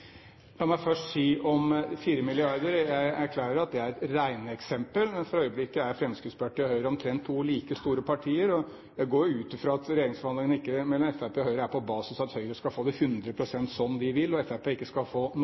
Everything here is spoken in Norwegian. La meg først si noe om de 4 mrd. kr. Jeg er klar over at det er et regneeksempel, men for øyeblikket er Fremskrittspartiet og Høyre omtrent to like store partier, og jeg går jo ut fra at regjeringsforhandlingene mellom Fremskrittspartiet og Høyre ikke er basert på at Høyre skal få det 100 pst. som de vil, og